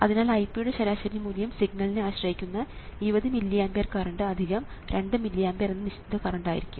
അതിനാൽ Ip യുടെ ശരാശരി മൂല്യം സിഗ്നലിനെ ആശ്രയിക്കുന്ന 20 milliampere current 2 milliampere എന്ന നിശ്ചിത കറണ്ട് ആയിരിക്കും